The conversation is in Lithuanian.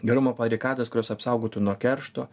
gerumo barikadas kurios apsaugotų nuo keršto